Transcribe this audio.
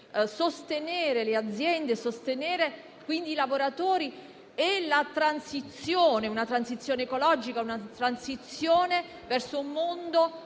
sostenere le aziende, i lavoratori e la transizione ecologica verso un mondo